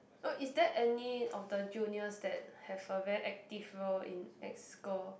no is there any of the juniors that have a very active role in exco